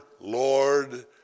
Lord